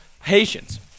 Haitians